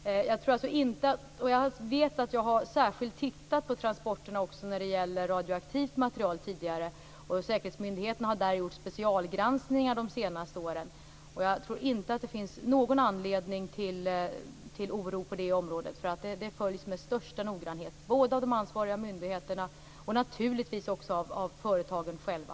Jag vet att jag tidigare särskilt har tittat på transporterna när det gäller radioaktivt material. Säkerhetsmyndigheterna har där gjort specialgranskningar de senaste åren. Jag tror inte att det finns någon anledning till oro på det området. Det följs med största noggrannhet, både av de ansvariga myndigheterna och naturligtvis av företagen själva.